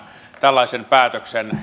tällaisen päätöksen